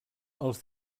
els